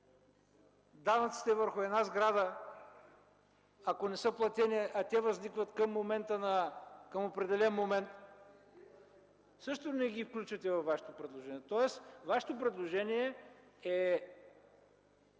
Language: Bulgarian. Данъците върху една сграда, ако не са платени, а те възникват към определен момент – също не ги включвате във Вашите предложения. Тоест Вашето предложение е